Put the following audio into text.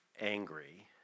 angry